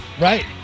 Right